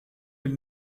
will